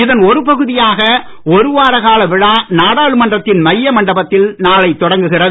இதன் ஒரு பகுதியாக ஒருவார கால விழா நாடாளுமன்றத்தின் மைய மண்டபத்தில் நாளை தொடங்குகிறது